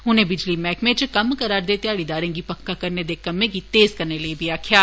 उनें बिजली मैह्कमें च कम्म करै'रदे ध्याड़ीदारें गी पक्का करने दे कम्मै गी तेज करने लेई बी आक्खेआ